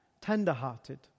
tender-hearted